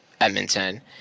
Edmonton